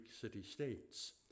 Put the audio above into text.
city-states